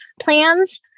plans